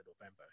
November